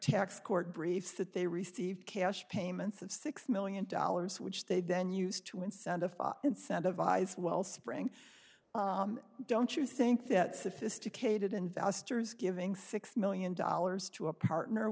tax court briefs that they received cash payments of six million dollars which they then use to incentive incentivize wellspring don't you think that sophisticated investors giving six million dollars to a partner